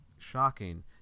shocking